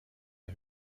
der